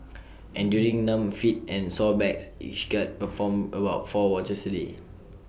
enduring numb feet and sore backs each guard performed about four watches A day